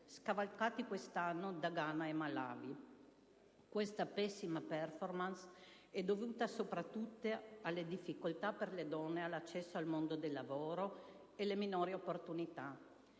scavalcato quest'anno da Ghana e Malawi. Questa pessima *performance* è dovuta soprattutto alle difficoltà per le donne nell'accesso al mondo del lavoro e alle minori opportunità.